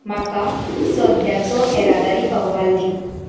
म्हाका सद्याचो येरादारी अहवाल दी